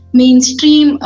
mainstream